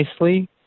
nicely